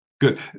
Good